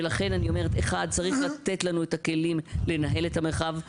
ולכן אני אומרת שצריך לתת לנו את הכלים לנהל את המרחב.